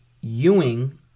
Ewing